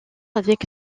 avec